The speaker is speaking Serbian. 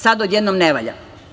Sad odjednom ne valja.